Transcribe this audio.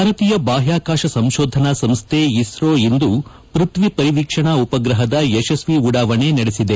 ಭಾರತೀಯ ಬಾಹ್ವಕಾಶ ಸಂಶೋಧನಾ ಸಂಶ್ವೆ ಇಸ್ತೋ ಇಂದು ಪೃಥ್ವಿ ಪರಿವೀಕ್ಷಣಾ ಉಪಗ್ರಹದ ಯಶಸ್ವಿ ಉಡಾವಣೆ ನಡೆಸಿದೆ